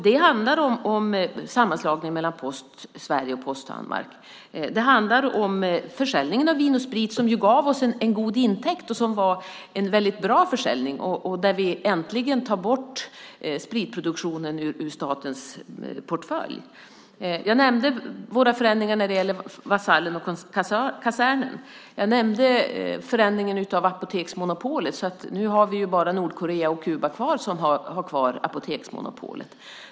Det handlar om sammanslagningen mellan Posten i Sverige och den i Danmark liksom försäljningen av Vin & Sprit, som ju gav oss en god intäkt och var en mycket bra försäljning. På så sätt tar vi äntligen bort spritproduktionen ur statens portfölj. Jag nämnde våra förändringar när det gäller Vasallen och Kasernen. Jag nämnde förändringen av apoteksmonopolet. Nu är det bara Nordkorea och Kuba som har kvar apoteksmonopolet.